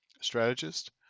Strategist